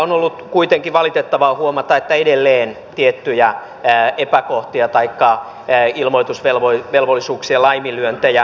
on ollut kuitenkin valitettavaa huomata että edelleen tiettyjä epäkohtia taikka ilmoitusvelvollisuuksien laiminlyöntejä ilmenee